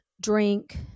drink